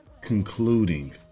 concluding